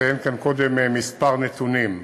נציין כאן קודם כמה נתונים: